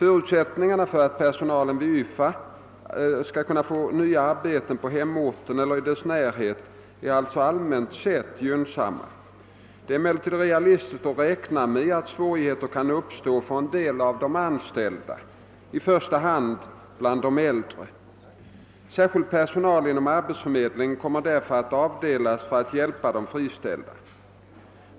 Förutsättningarna för personalen vid YFA att få nya arbeten på hemorten eller i dess närhet är alltså allmänt sett gynnsamma. Det är emellertid realistiskt att räkna med att svårigheter kan uppstå för en del av de anställda, i första hand bland de äldre. Särskild per sonal inom arbetsförmedlingen kommer därför att avdelas för att hjälpa de friställda.